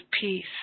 peace